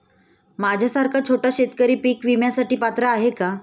माझ्यासारखा छोटा शेतकरी पीक विम्यासाठी पात्र आहे का?